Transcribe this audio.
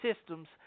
systems